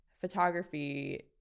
photography